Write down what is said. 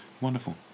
wonderful